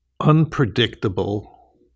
unpredictable